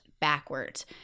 backwards